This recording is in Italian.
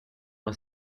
una